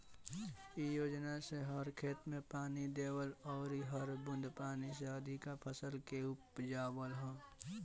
इ योजना से हर खेत में पानी देवल अउरी हर बूंद पानी से अधिका फसल के उपजावल ह